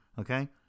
Okay